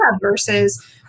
versus